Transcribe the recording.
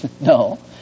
No